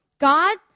God